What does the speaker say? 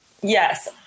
yes